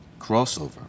crossover